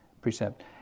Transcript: precept